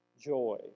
joy